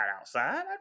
outside